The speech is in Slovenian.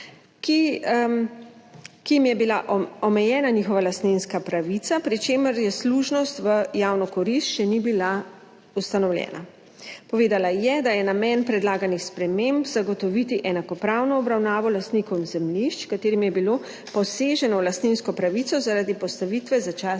jim je bila omejena njihova lastninska pravica, pri čemer služnost v javno korist še ni bila ustanovljena. Povedala je, da je namen predlaganih sprememb zagotoviti enakopravno obravnavo lastnikov zemljišč, s katerim je bilo poseženo v lastninsko pravico zaradi postavitve začasnih